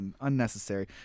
unnecessary